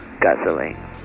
guzzling